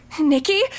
Nikki